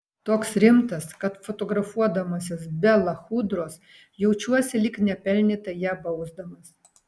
toks rimtas kad fotografuodamasis be lachudros jaučiuosi lyg nepelnytai ją bausdamas